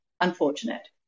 Unfortunate